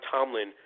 Tomlin